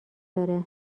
داره